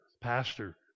pastor